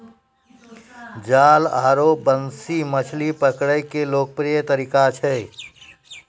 जाल आरो बंसी मछली पकड़ै के लोकप्रिय तरीका छै